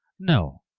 no,